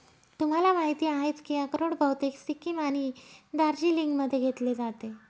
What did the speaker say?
तुम्हाला माहिती आहेच की अक्रोड बहुतेक सिक्कीम आणि दार्जिलिंगमध्ये घेतले जाते